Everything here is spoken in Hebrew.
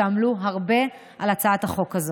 שעמלו הרבה על הצעת החוק הזו.